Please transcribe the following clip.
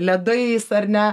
ledais ar ne